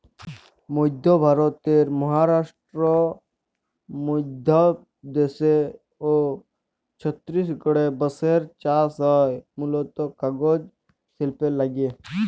মইধ্য ভারতের মহারাস্ট্র, মইধ্যপদেস অ ছত্তিসগঢ়ে বাঁসের চাস হয় মুলত কাগজ সিল্পের লাগ্যে